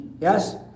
Yes